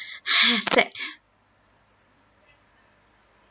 !hais! sad